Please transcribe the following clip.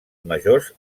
majors